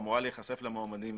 אמורה להיחשף למועמדים